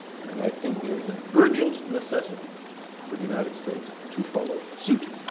and i think there's an urgent necessity for the united states to follow suit.